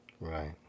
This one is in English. Right